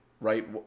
right